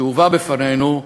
שהובא בפנינו,